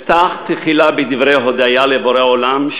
אפתח בדברי הודיה לבורא עולם,